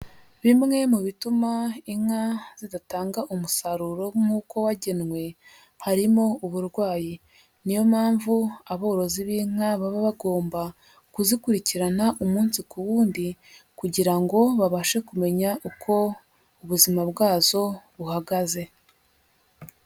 Bimwe mu bituma inka zidatanga umusaruro nk'uko wagenwe harimo uburwayi, niyo mpamvu aborozi b'inka baba bagomba kuzikurikirana umunsi ku wundi, kugira ngo babashe kumenya uko ubuzima bwazo buhagaze.